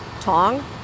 Tong